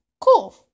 Cool